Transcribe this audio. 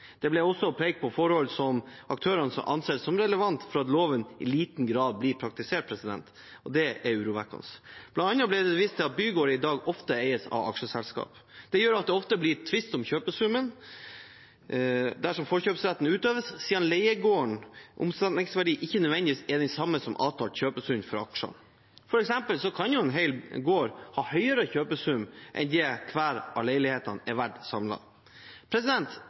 Det ble også pekt på forhold som aktørene anser som relevante for at loven i liten grad blir praktisert. Det er urovekkende. Blant annet ble det vist til at bygårder i dag ofte eies av aksjeselskap. Det gjør at det ofte blir tvist om kjøpesummen dersom forkjøpsretten utøves, siden leiegårdens omsetningsverdi ikke nødvendigvis er den samme som avtalt kjøpesum for aksjene. For eksempel kan en hel gård ha høyere kjøpesum enn det hver av leilighetene er